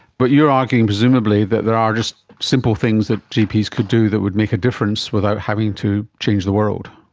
but you are arguing presumably that there are just simple things that gps could do that would make a difference without having to change the world.